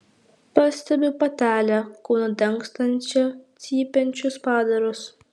pastebiu patelę kūnu dangstančią cypiančius padarus